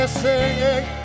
singing